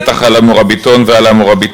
בטח על ה"מוראביטון" ועל ה"מוראביטאת".